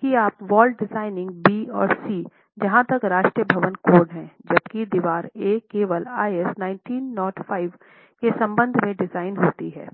कि आप wall designing B और सी जहाँ तक राष्ट्रीय भवन कोड हैं जबकि दीवार A केवल IS 1905 के संबंध में डिजाइन होती हैं